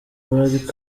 bari